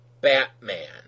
Batman